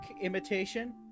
imitation